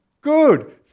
good